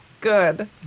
Good